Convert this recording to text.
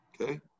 Okay